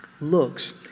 looks